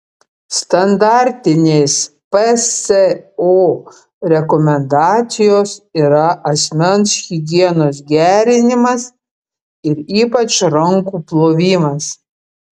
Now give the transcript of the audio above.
standartinės pso rekomendacijos yra asmens higienos gerinimas ir ypač rankų plovimas